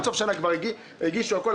עד סוף השנה כבר הגישו הכול,